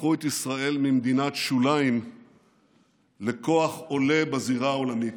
הפכו את ישראל ממדינת שוליים לכוח עולה בזירה העולמית.